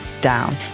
down